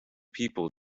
people